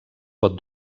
pot